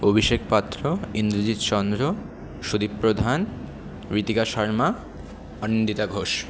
Abhishek Patra Indrajit Chandra Sudip Pradhan Ritika Sharma Anindita Ghosh